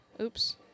Oops